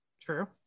True